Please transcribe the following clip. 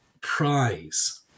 prize